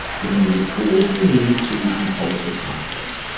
giving you the tools you need so you can color with confidence.